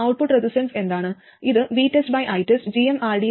output resistance എന്താണ് ഇത് VTESTITEST gmrdsR1rdsR1 ന്റെ അനുപാതമാണ്